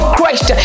Christ